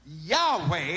Yahweh